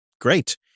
Great